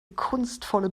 kunstvolle